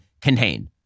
contained